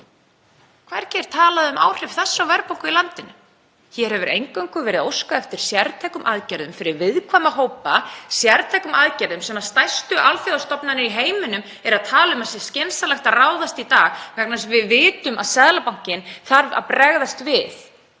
Hvergi er talað um áhrif þess á verðbólgu í landinu. Hér hefur eingöngu verið óskað eftir sértækum aðgerðum fyrir viðkvæma hópa, sértækum aðgerðum sem stærstu alþjóðastofnanir í heiminum tala um að skynsamlegt sé að ráðast í í dag vegna þess að við vitum að Seðlabankinn þarf að bregðast við